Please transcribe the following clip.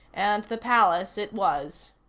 and the palace it was.